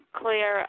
clear